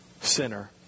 Sinner